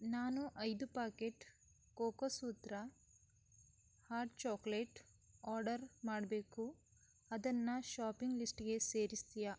ನಾನು ಐದು packet cocoa ಸೂತ್ರ ಹಾಟ್ ಚಾಕ್ಲೇಟ್ ಆರ್ಡರ್ ಮಾಡಬೇಕು ಅದನ್ನ ಶಾಪಿಂಗ್ ಲಿಸ್ಟ್ಗೆ ಸೇರಿಸ್ತಿಯ